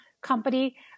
company